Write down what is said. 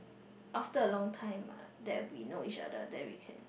after a long time ah that we know each other then we can